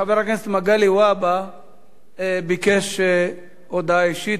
חבר הכנסת מגלי והבה ביקש הודעה אישית,